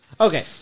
Okay